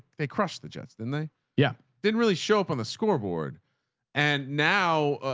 they crushed the jets. then they yeah didn't really show up on the scoreboard and now,